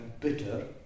bitter